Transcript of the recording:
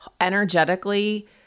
energetically